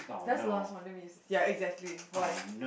that's the last one then we exactly why